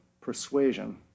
persuasion